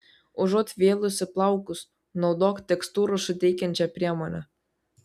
užuot vėlusi plaukus naudok tekstūros suteikiančią priemonę